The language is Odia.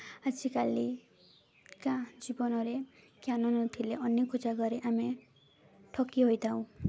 ଆଜିକାଲି କା ଜୀବନରେ ଜ୍ଞାନ ନଥିଲେ ଅନେକ ଜାଗାରେ ଆମେ ଠକି ହୋଇଥାଉ